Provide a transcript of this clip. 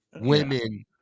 women